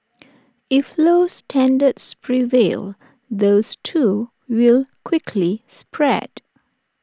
if low standards prevail those too will quickly spread